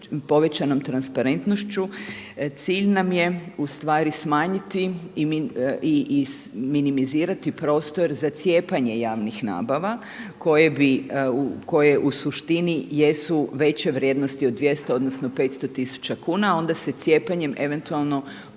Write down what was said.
povećanom transparentnošću cilj nam je smanjiti i minimizirati prostor za cijepanje javnih nabava koje u suštini jesu veće vrijednosti od 200 odnosno 500 tisuća kuna onda se cijepanjem eventualno